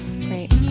Great